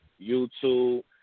YouTube